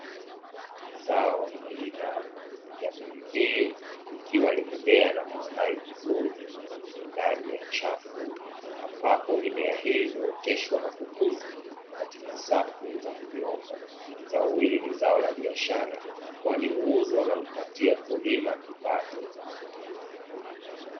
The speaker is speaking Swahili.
Zao aina ya pilipili likiwa limemea na kustawi vizuri ndani ya chafu; ambapo mimea hii imeotoshwa na kukuzwa katika safu za kunyooka. Zao hili ni zao la biashara kwani huuzwa na kumpatia mkulima kipato.